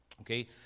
okay